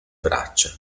braccia